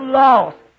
lost